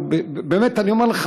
אני אומר לך